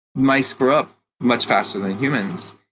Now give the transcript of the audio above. mice grow up much faster than humans,